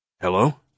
Hello